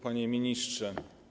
Panie Ministrze!